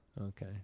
Okay